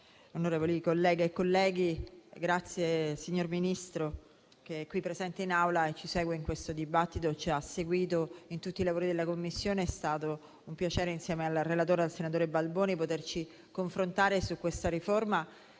onorevoli colleghe e colleghi, ringrazio il signor Ministro, che è presente in Aula, ci segue in questo dibattito e ci ha seguito in tutti i lavori della Commissione. È stato un piacere, insieme al relatore, senatore Balboni, poterci confrontare su questa riforma,